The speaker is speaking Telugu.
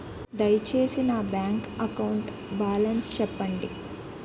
దయచేసి నా బ్యాంక్ అకౌంట్ బాలన్స్ చెప్పండి